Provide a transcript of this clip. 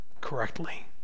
correctly